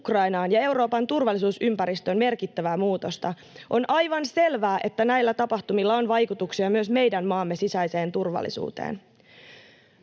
ja Euroopan turvallisuusympäristön merkittävää muutosta. On aivan selvää, että näillä tapahtumilla on vaikutuksia myös meidän maamme sisäiseen turvallisuuteen.